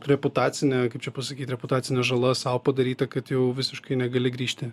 reputacinė kaip čia pasakyt reputacinė žala sau padaryta kad jau visiškai negali grįžti